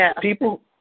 People